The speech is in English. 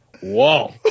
whoa